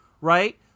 right